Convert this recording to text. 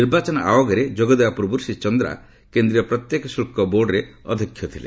ନିର୍ବାଚନ ଆୟୋଗରେ ଯୋଗଦେବା ପୂର୍ବରୁ ଶ୍ରୀ ଚନ୍ଦ୍ରା କେନ୍ଦ୍ରୀୟ ପ୍ରତ୍ୟକ୍ଷ ଶୁଳ୍କ ବୋର୍ଡରେ ଅଧ୍ୟକ୍ଷ ଥିଲେ